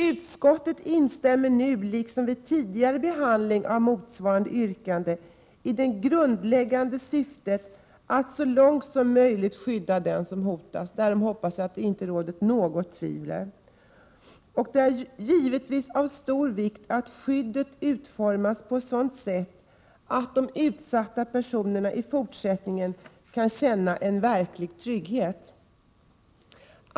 Utskottet instämmer nu, liksom vid tidigare behandling av motsvarande yrkanden, i det grundläggande syftet att så långt som möjligt skydda dem som hotas. Därom hoppas jag att det inte råder något tvivel. Det är givetvis av stor vikt att skyddet utformas på ett sådant sätt att de utsatta personerna i fortsättningen kan känna en verklig trygghet.